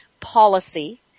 policy